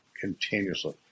continuously